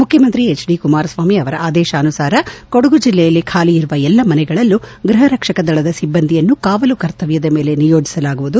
ಮುಖ್ಡಮಂತ್ರಿ H D Kumaraswamy ಅವರ ಆದೇಶಾನುಸಾರ ಕೊಡುಗು ಜಿಲ್ಲೆಯಲ್ಲಿ ಖಾಲಿ ಇರುವ ಎಲ್ಲ ಮನೆಗಳಲ್ಲೂ ಗೃಪರಕ್ಷಕ ದಳದ ಸಿಬ್ಲಂದಿಯನ್ನು ಕಾವಲು ಕರ್ತವ್ಲದ ಮೇಲೆ ನಿಯೋಜಿಸಲಾಗುವುದು